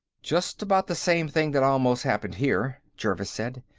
just about the same thing that almost happened here, jervis said.